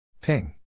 Ping